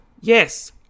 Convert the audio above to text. Yes